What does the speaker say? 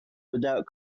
without